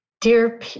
dear